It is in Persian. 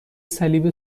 صلیب